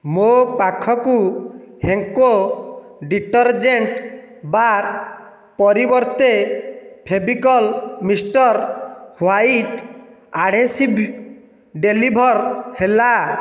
ମୋ ପାଖକୁ Henko detergent bar ପରିବର୍ତ୍ତେ Fevicol mister white adhesive deliver ହେଲା